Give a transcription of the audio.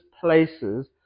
places